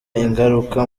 ingaruka